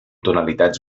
tonalitats